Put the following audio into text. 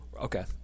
Okay